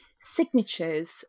signatures